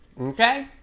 Okay